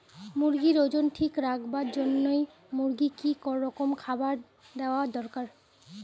মুরগির ওজন ঠিক রাখবার জইন্যে মূর্গিক কি রকম খাবার দেওয়া দরকার?